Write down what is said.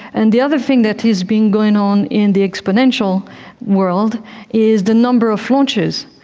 and the other thing that has been going on in the exponential world is the number of launches,